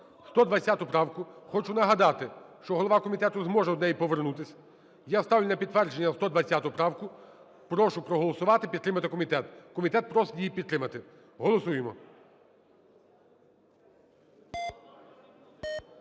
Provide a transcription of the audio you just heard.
120 правку. Хочу нагадати, що голова комітету зможе до неї повернутись. Я ставлю на підтвердження 120 правку. Прошу проголосувати і підтримати комітет. Комітет просить її підтримати. Голосуємо.